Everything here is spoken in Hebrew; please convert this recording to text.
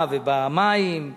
ובאדמה ובמים,